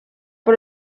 por